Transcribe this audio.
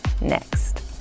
next